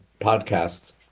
podcasts